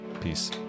Peace